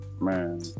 man